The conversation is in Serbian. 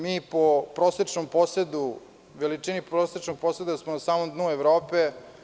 Mi po prosečnom posedu, veličini prosečnog poseda smo na samom dnu Evrope.